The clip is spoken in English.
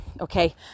okay